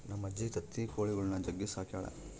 ನಮ್ಮಜ್ಜಿ ತತ್ತಿ ಕೊಳಿಗುಳ್ನ ಜಗ್ಗಿ ಸಾಕ್ಯಳ